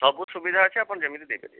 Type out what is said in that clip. ସବୁ ସୁବିଧା ଅଛି ଆପଣ ଯେମିତି ଦେଇପାରିବେ